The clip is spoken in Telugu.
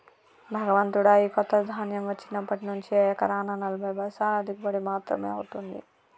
భగవంతుడా, ఈ కొత్త ధాన్యం వచ్చినప్పటి నుంచి ఎకరానా నలభై బస్తాల దిగుబడి మాత్రమే అవుతుంది